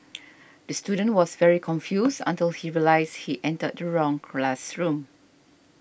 the student was very confused until he realised he entered the wrong classroom